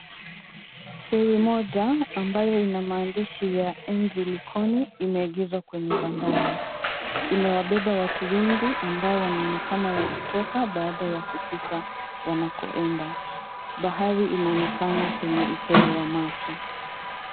Feri moja ambayo inamaandishi ya MV LIKONI limeegezwa kwenye bandari. Imewabeba watu wengi ambao wanaonekana wakitoka baada ya kufika wanakoenda. Bahari inaonekana kwenye upeo wa macho.